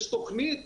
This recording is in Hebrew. יש תוכנית